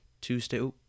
Tuesday